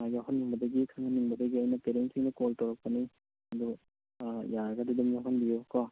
ꯌꯥꯎꯍꯟꯅꯤꯡꯕꯗꯒꯤ ꯈꯪꯍꯟꯅꯤꯡꯕꯗꯒꯤ ꯑꯩꯅ ꯄꯦꯔꯦꯟꯁꯁꯤꯡꯗ ꯑꯩꯅ ꯀꯣꯜ ꯇꯧꯔꯛꯄꯅꯤ ꯑꯗꯣ ꯌꯥꯔꯒꯗꯤ ꯑꯗꯨꯝ ꯌꯥꯎꯍꯟꯕꯤꯌꯨ ꯀꯣ